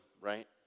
right